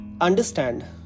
understand